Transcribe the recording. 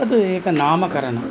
तद् एकं नामकरणम्